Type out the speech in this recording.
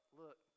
look